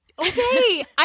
Okay